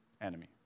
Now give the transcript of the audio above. enemy